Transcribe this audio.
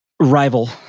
Rival